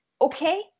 okay